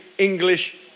English